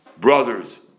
brother's